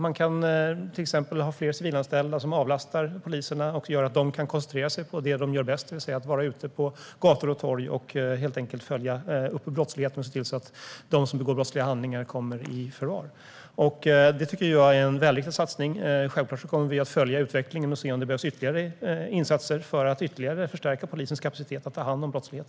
Man kan till exempel ha fler civilanställda som avlastar poliserna och gör att de kan koncentrera sig på det de gör bäst, det vill säga vara ute på gator och torg och följa upp brottsligheten och se till att de som begår brottsliga handlingar kommer i förvar. Jag tycker att det är en välriktad satsning. Självklart kommer vi att följa utvecklingen och se om det behövs ytterligare insatser för att stärka polisens kapacitet att ta hand om brottslighet.